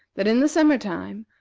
that in the summer-time,